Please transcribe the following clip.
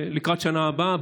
לקראת השנה הבאה,